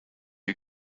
you